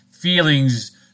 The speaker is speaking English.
Feelings